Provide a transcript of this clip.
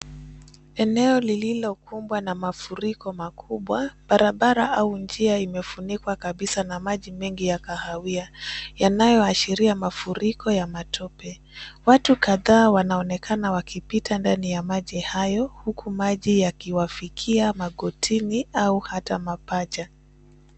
Eneo lililokumbwa na mafuriko makubwa, barabara au njia imefunikwa kabisa na maji mengi ya kahawia yanayoashiria mafuriko ya matope. Watu kadhaa wanaonekana wakipita ndani ya maji hayo huku maji yakiwafikia magotini au hata mapaja.